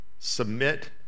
submit